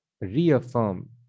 reaffirm